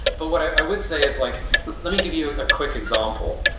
but what i would say is like let me give you a quick example.